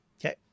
Okay